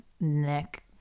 neck